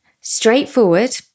straightforward